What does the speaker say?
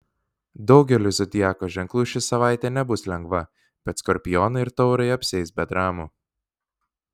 daugeliui zodiako ženklų ši savaitė nebus lengva bet skorpionai ir taurai apsieis be dramų